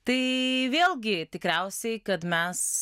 tai vėlgi tikriausiai kad mes